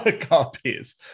copies